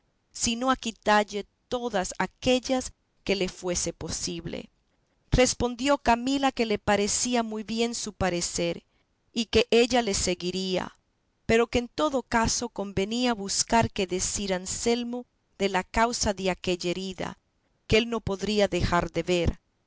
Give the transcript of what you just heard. sino a quitalle todas aquellas que le fuese posible respondió camila que le parecía muy bien su parecer y que ella le seguiría pero que en todo caso convenía buscar qué decir a anselmo de la causa de aquella herida que él no podría dejar de ver